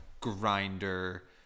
grinder